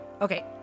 okay